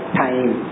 time